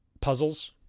puzzles